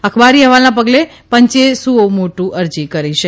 અખબારી અહેવાલના પગલે પંચે સુઓ મોટુ અરજી કરી છે